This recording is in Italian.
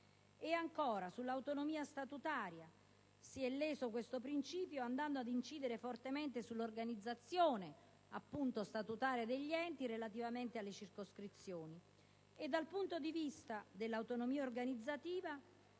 E ancora, sull'autonomia statutaria, si è leso tale principio andando ad incidere fortemente sull'organizzazione statutaria degli enti relativamente alle circoscrizioni